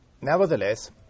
Nevertheless